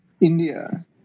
India